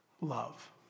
love